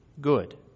good